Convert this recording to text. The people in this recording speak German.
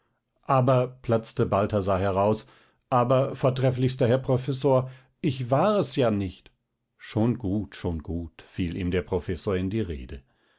aber platzte balthasar heraus aber vortrefflichster herr professor ich war es ja nicht schon gut schon gut fiel ihm der professor in die rede